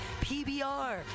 pbr